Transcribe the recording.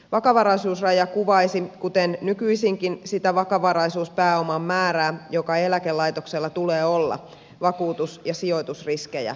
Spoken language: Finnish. vakavaraisuusraja kuvaisi kuten nykyisinkin sitä vakavaraisuuspääoman määrää joka eläkelaitoksella tulee olla vakuutus ja sijoitusriskejä varten